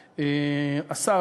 "השר,